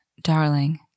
darling